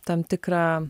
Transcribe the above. tam tikrą